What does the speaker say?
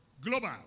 global